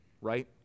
Right